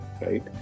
Right